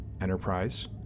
Enterprise